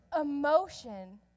Emotion